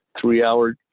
three-hour